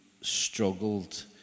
struggled